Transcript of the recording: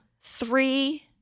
three